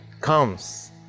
comes